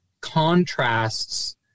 contrasts